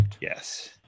Yes